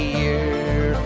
year